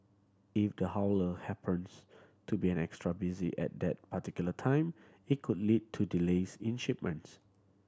if the haulier happens to be an extra busy at that particular time it could lead to delays in shipments